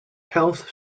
health